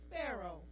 sparrow